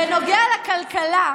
בנוגע לכלכלה,